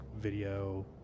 video